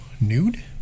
Nude